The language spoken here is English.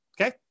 okay